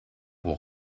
wool